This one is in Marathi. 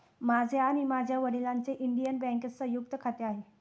माझे आणि माझ्या वडिलांचे इंडियन बँकेत संयुक्त खाते आहे